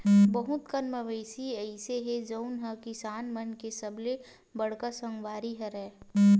बहुत कन मवेशी अइसे हे जउन ह किसान मन के सबले बड़का संगवारी हरय